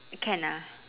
can ah